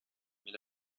mais